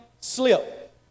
slip